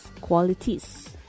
qualities